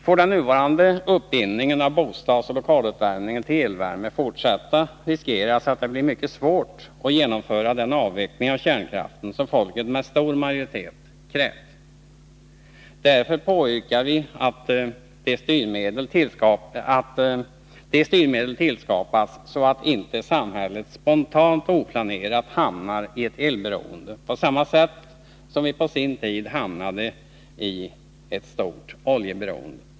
Får den nuvarande uppbindningen av bostadsoch lokaluppvärmningen till elvärme fortsätta, riskerar man att det blir mycket svårt att genomföra den avveckling av kärnkraften som folket med stor majoritet krävt. Därför påyrkar vi att sådana styrmedel skapas att samhället inte spontant och oplanerat hamnar i ett elberoende, på samma sätt som vi på sin tid hamnade i ett stort oljeberoende.